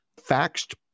faxed